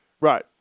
Right